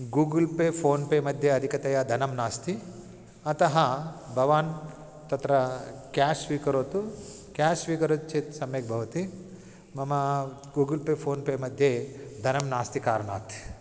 Google Pay phone पेमध्ये अधिकतया धनं नास्ति अतः भवान् तत्र क्याश् स्वीकरोतु क्याश् स्वीकरोति चेत् सम्यक् भवति मम गूगल् पे फ़ोन् पेमध्ये धनं नास्ति कारणात्